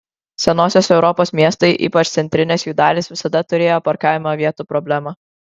senosios europos miestai ypač centrinės jų dalys visada turėjo parkavimo vietų problemą